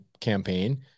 campaign